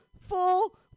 full